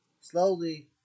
slowly